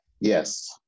Yes